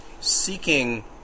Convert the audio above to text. seeking